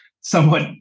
somewhat